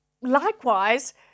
likewise